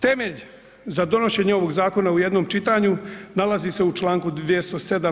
Temelj za donošenje ovog Zakona u jednom čitanju nalazi se u članku 207.